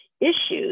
issues